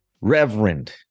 Reverend